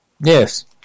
Yes